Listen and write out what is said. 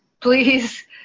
Please